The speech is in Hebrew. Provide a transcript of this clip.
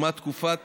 ומה תקופת